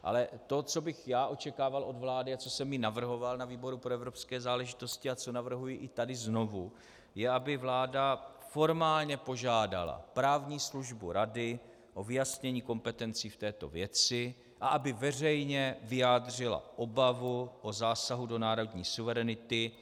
Ale to, co bych já očekával od vlády a co jsem i navrhoval na výboru pro evropské záležitosti a co navrhuji i tady znovu, je, aby vláda formálně požádala právní službu Rady o vyjasnění kompetencí v této věci a aby veřejně vyjádřila obavu o zásah do národní suverenity.